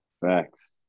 facts